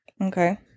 Okay